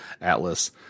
Atlas